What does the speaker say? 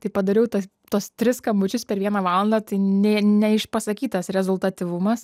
tai padariau tas tuos tris skambučius per vieną valandą tai nė neišpasakytas rezultatyvumas